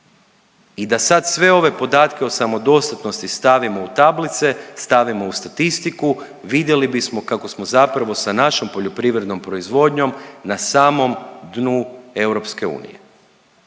I da sad sve ove podatke o samodostatnosti stavimo u tablice, stavimo u statistiku vidjeli bismo kako smo zapravo sa našom poljoprivrednom proizvodnjom na samom dnu EU, a